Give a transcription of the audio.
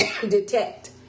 detect